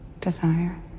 desire